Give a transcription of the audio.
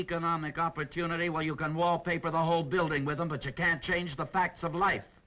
economic opportunity where you can wallpaper the whole building with them but you can't change the facts of life